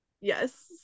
yes